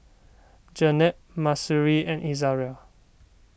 Jenab Mahsuri and Izara